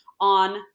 on